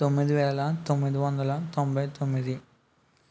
పన్నెండు ఐదు రెండు వేల మూడు